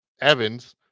Evans